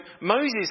Moses